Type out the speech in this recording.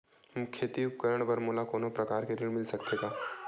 खेती उपकरण बर मोला कोनो प्रकार के ऋण मिल सकथे का?